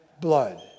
blood